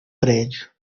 prédio